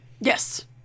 Yes